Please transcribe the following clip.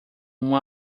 uma